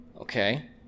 Okay